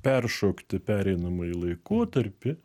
peršokti pereinamąjį laikotarpį